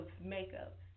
makeup